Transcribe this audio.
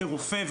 כרופא,